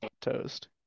toast